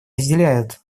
разделяет